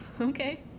Okay